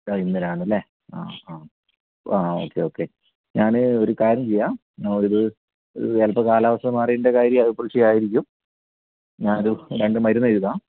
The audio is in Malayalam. ആ ഇന്നലെയാണ് അല്ലെ ആ ആ ആ ഓക്കെ ഓക്കെ ഞാൻ ഒരു കാര്യം ചെയ്യാം ചിലപ്പോൾ കാലാവസ്ഥ മാറിയതിൻ്റെ കാര്യം ആയിരിക്കും ഞാനത് രണ്ട് മരുന്നെഴുതാം